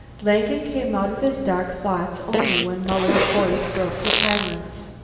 langen came out of his dark thoughts only when muller's voice broke the silence.